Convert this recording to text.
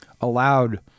allowed